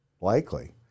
Likely